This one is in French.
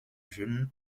jeune